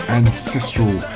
ancestral